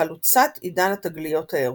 חלוצת עידן התגליות האירופי,